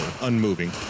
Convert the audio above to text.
unmoving